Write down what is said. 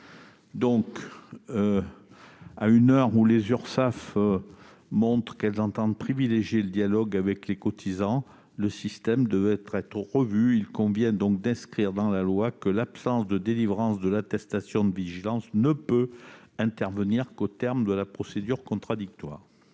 constaté. À l'heure où les Urssaf montrent qu'elles entendent privilégier le dialogue avec les cotisants, le système devrait être revu. Il convient donc d'inscrire dans la loi que l'absence de délivrance de l'attestation de vigilance ne peut intervenir qu'au terme de la procédure contradictoire.